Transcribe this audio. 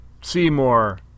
seymour